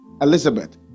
Elizabeth